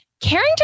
Carrington